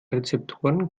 rezeptoren